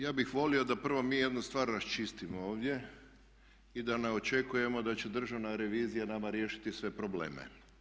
Ja bih volio da prvo mi jednu stvar raščistimo ovdje i da ne očekujemo da će državna revizija nama riješiti sve probleme.